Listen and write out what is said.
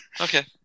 Okay